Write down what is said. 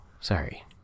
sorry